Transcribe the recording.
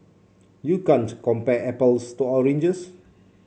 you can't compare apples to oranges